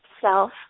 self